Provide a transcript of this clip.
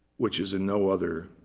which is in no other,